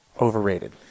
Overrated